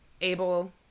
able